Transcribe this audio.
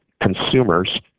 consumers